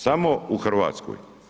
Samo u Hrvatskoj.